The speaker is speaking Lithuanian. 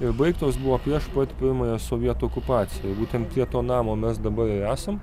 ir baigtos buvo prieš pat pirmąją sovietų okupaciją būtent prie to namo mes dabar ir esam